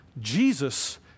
Jesus